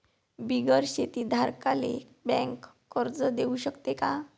बिगर शेती धारकाले बँक कर्ज देऊ शकते का?